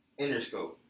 Interscope